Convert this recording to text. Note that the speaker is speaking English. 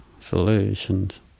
Solutions